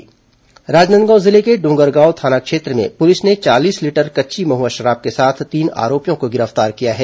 राजनांदगांव जिले के डोंगरगांव थाना क्षेत्र में पुलिस ने चालीस लीटर कच्ची महुआ शराब के साथ तीन आरोपियों को गिरफ्तार किया है